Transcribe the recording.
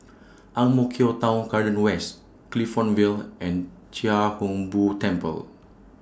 Ang Mo Kio Town Garden West Clifton Vale and Chia Hung Boo Temple